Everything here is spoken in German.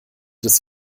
des